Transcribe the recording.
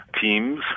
teams